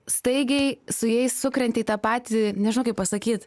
staigiai su jais sukrenti į tą patį nežinau kaip pasakyt